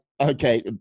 okay